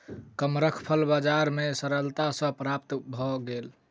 कमरख फल बजार में सरलता सॅ प्राप्त भअ गेल